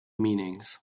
meanings